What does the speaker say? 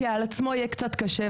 כי על עצמו יהיה קצת קשה.